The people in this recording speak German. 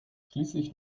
schließlich